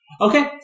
Okay